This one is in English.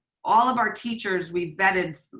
all of our teachers, we vetted,